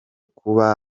kuba